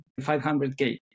500k